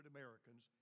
Americans